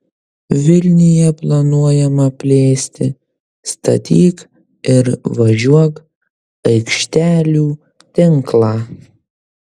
vilniuje planuojama plėsti statyk ir važiuok aikštelių tinklą